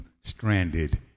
stranded